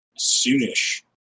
soonish